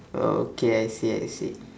okay I see I see